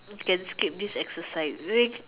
can skip this exercise is it